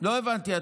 לא הבנתי.